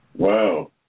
Wow